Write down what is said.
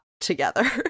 together